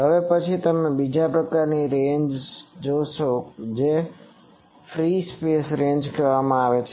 હવે અહીં બીજી પ્રકારની રેન્જ્સ છે જેને ફ્રી સ્પેસ રેન્જ કહેવામાં આવે છે